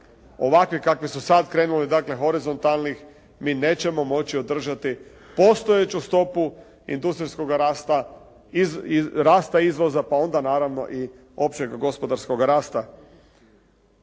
ovakve kakvi su sad krenuli dakle horizontalnih mi nećemo moći održati postojeću stopu industrijskoga rasta, rasta izvoza pa onda naravno i općeg gospodarskoga rasta.